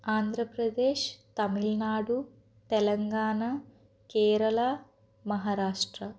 Andhra Pradesh Tamil Nadu Telangana Kerala Maharashtra